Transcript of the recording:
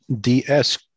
DS